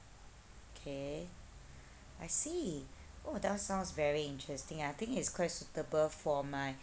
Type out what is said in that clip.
okay I see oh that sounds very interesting I think it's quite suitable for my